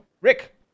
rick